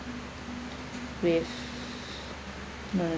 with um